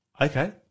Okay